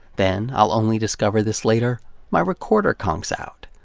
then i'll only discover this later my recorder conks out.